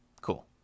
cool